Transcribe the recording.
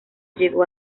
llegó